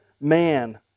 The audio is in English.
man